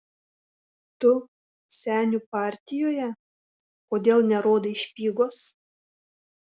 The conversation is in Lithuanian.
tu senių partijoje kodėl nerodai špygos